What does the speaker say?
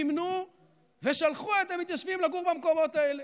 מימנו ושלחו את המתיישבים לגור במקומות האלה.